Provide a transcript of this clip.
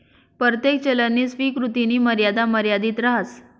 परतेक चलननी स्वीकृतीनी मर्यादा मर्यादित रहास